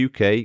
UK